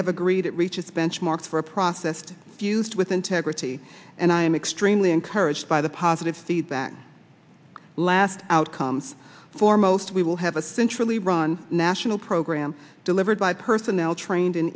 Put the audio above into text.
have agreed it reaches benchmarks for a process of youth with integrity and i am extremely encouraged by the positive feedback last outcomes for most we will have a centrally run national program delivered by personnel trained in